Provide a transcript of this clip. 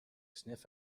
sniff